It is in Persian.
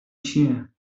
چیه